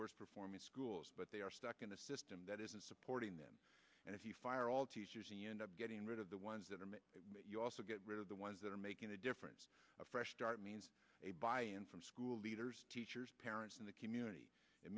worst performing schools but they are stuck in a system that isn't supporting them and if you fire all teachers and you end up getting rid of the ones that are meant you also get rid of the ones that are making a difference a fresh start means a buy in from school leaders teachers parents in the community it